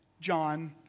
John